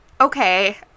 Okay